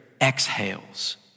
exhales